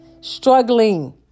Struggling